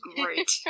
great